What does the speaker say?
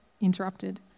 interrupted